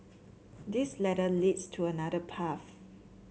this ladder leads to another path